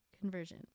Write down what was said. conversion